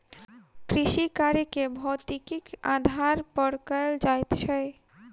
कृषिकार्य के भौतिकीक आधार पर कयल जाइत छै